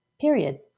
period